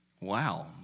Wow